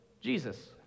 Jesus